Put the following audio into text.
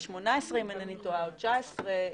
ב-2018, אם אינני טועה, או בשנת 2019,